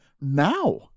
now